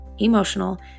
Emotional